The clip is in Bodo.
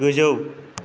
गोजौ